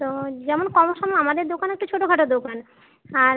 তো যেমন কম সম আমাদের দোকান একটু ছোটখাটো দোকান আর